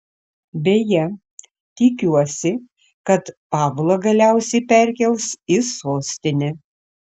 beje tikiuosi kad pavlą galiausiai perkels į sostinę